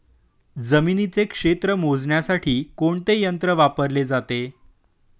जमिनीचे क्षेत्र मोजण्यासाठी कोणते यंत्र वापरले जाते?